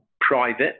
private